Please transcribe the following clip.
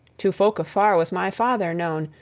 to folk afar was my father known,